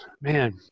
man